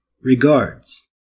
Regards